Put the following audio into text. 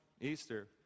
Easter